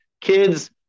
kids